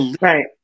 Right